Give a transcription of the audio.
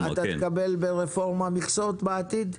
ואתה תקבל ברפורמה מכסות בעתיד?